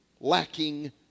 lacking